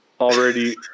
already